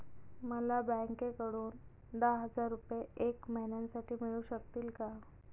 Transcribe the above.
मला बँकेकडून दहा हजार रुपये एक महिन्यांसाठी मिळू शकतील का?